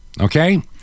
Okay